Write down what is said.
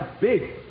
big